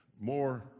More